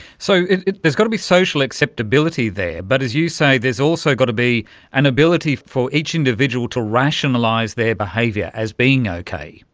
so there's got to be social acceptability there, but as you say, there's also got to be an ability for each individual to rationalise their behaviour as being okay,